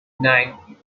nine